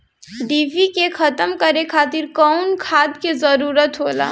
डिभी के खत्म करे खातीर कउन खाद के जरूरत होला?